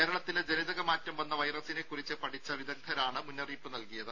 കേരളത്തിലെ ജനിതക മാറ്റം വന്ന വൈറസിനെ കുറിച്ച് പഠിച്ച വിദഗ്ധരാണ് മുന്നറിയിപ്പ് നൽകിയത്